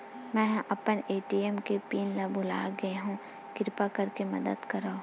मेंहा अपन ए.टी.एम के पिन भुला गए हव, किरपा करके मदद करव